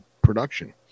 production